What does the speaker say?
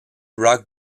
rock